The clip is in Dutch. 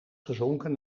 gezonken